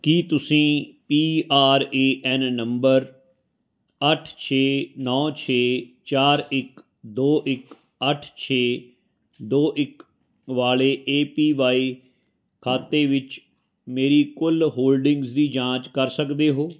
ਕੀ ਤੁਸੀਂ P R A N number ਅੱਠ ਛੇ ਨੌ ਛੇ ਚਾਰ ਇੱਕ ਦੋ ਇੱਕ ਅੱਠ ਛੇ ਦੋ ਇੱਕ ਵਾਲੇ ਏ ਪੀ ਵਾਈ ਖਾਤੇ ਵਿੱਚ ਮੇਰੀ ਕੁੱਲ ਹੋਲਡਿੰਗਜ਼ ਦੀ ਜਾਂਚ ਕਰ ਸਕਦੇ ਹੋ